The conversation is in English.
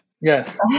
yes